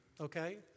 okay